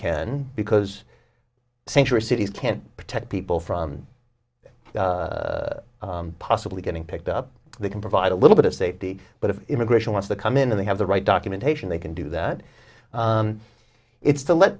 can because sanctuary cities can't protect people from possibly getting picked up they can provide a little bit of safety but if immigration wants to come in and they have the right documentation they can do that it's to let